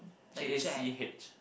J A C H